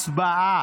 הצבעה.